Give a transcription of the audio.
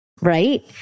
right